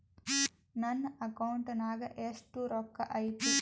ನನ್ನ ಅಕೌಂಟ್ ನಾಗ ಎಷ್ಟು ರೊಕ್ಕ ಐತಿ?